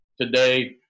Today